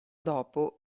dopo